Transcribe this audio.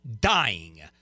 dying